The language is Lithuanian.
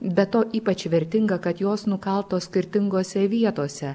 be to ypač vertinga kad jos nukaltos skirtingose vietose